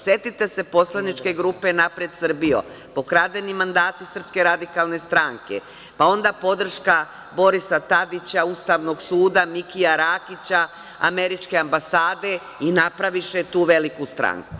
Setite se poslaničke grupe Napred Srbijo, pokradeni mandati SRS, onda podrška Borisa Tadića, Ustavnog suda, Mikija Rakića, Američke ambasade i napraviše tu veliku stranku.